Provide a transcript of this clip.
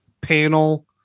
panel